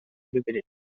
educated